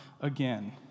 again